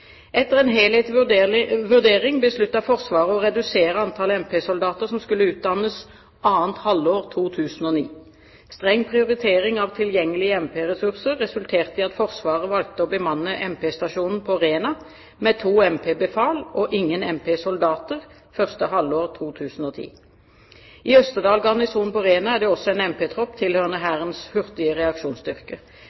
Etter en helhetlig vurdering besluttet Forsvaret å redusere antallet MP-soldater som skulle utdannes annet halvår 2009. Streng prioritering av tilgjengelige MP-ressurser resulterte i at Forsvaret valgte å bemanne MP-stasjonen på Rena med to MP-befal og ingen MP-soldater første halvår 2010. I Østerdal garnison på Rena er det også en MP-tropp tilhørende